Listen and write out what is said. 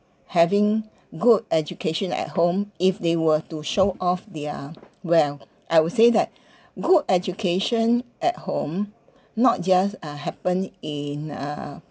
having good education at home if they were to show off their wealth I would say that good education at home not just uh happen in a uh